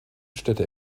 städte